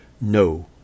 no